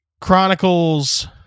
chronicles